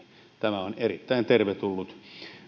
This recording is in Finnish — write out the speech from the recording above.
tämä on erittäin tervetullut